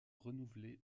renouvelé